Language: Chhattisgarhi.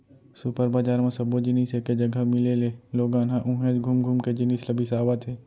सुपर बजार म सब्बो जिनिस एके जघा मिले ले लोगन ह उहेंच घुम घुम के जिनिस ल बिसावत हे